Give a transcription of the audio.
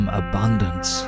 abundance